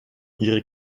ihre